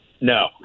No